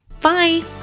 Bye